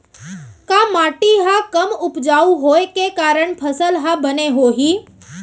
का माटी हा कम उपजाऊ होये के कारण फसल हा बने होही?